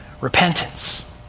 repentance